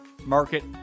market